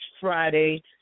Friday